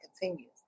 continues